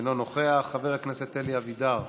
אינו נוכח, חבר הכנסת אלי אבידר,